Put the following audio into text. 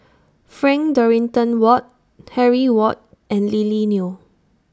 Frank Dorrington Ward Harry Ward and Lily Neo